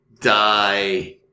die